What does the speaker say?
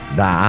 da